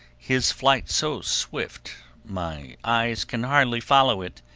his flight so swift my eyes can hardly follow it.